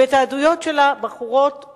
ואת העדויות של החיילות